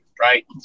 right